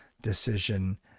decision